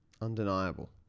undeniable